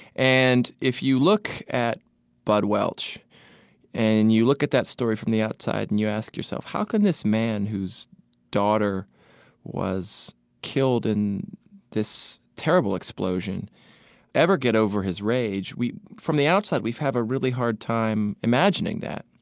and if you look at bud welch and you look at that story from the outside and you ask yourself how can this man whose daughter was killed in this terrible explosion ever get over his rage, from the outside we have a really hard time imagining that.